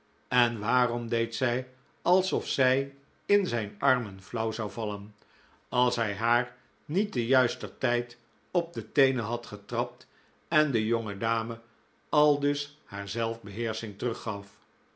en waarom deed zij alsof zij in zijn armen flauw zou vallen als hij haar niet te juister tijd op de teenen had getrapt en de jonge dame aldus haar